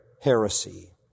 heresy